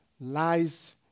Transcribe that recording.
lies